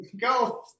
Go